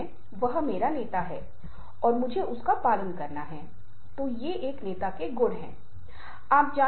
मैं कुछ लोकप्रिय पुस्तकों से विचार लेता हूँ क्योंकि आपके लिए इसे समझना आसान है लेकिन इसके साथ ही कुछ या कुछ शोध निष्कर्ष भी मैं आप के साथ साझा करूँगा